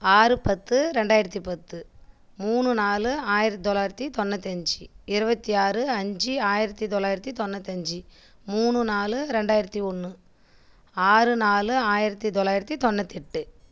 ஆறு பத்து ரெண்டாயிரத்து பத்து மூணு நாலு ஆயிரத்து தொள்ளாயிரத்தி தொண்ணூற்றி அஞ்சு இருபத்தி ஆறு அஞ்சு ஆயிரத்து தொள்ளாயிரத்தி தொண்ணூற்றஞ்சி மூணு நாலு ரெண்டாயிரத்து ஒன்று ஆறு நாலு ஆயிரத்து தொள்ளாயிரத்து தொண்ணூற்றி எட்டு